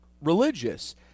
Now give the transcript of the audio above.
religious